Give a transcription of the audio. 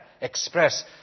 Express